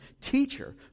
Teacher